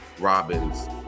Robin's